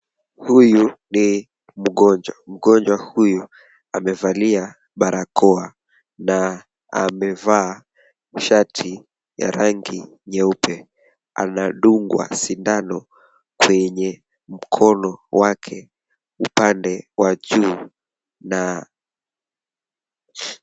Huyu ni mgonjwa. Mgonjwa huyu amevalia barakoa na amevaa shati ya rangi nyeupe. Anadungwa sindano kwenye mkono wake upande wa juu na .